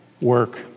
work